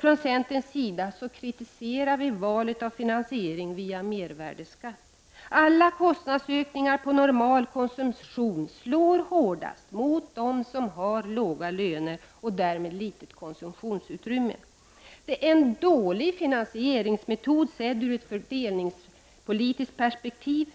Från centerns sida kritiserar vi valet av finansiering via mervärdeskatt. Alla kostnadsökningar på normal konsumtion slår hårdast mot dem som har låga löner och därmed = Prot. 1989/90:140 litet konsumtionsutrymme. Det är en dålig finansieringsmetod, sedd ur ett — 13 juni 1990 fördelningspolitiskt perspektiv.